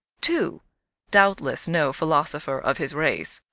too doubtless no philosopher of his race.